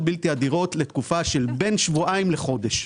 בלתי הדירות לתקופה של בין שבועיים לחודש.